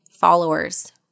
followers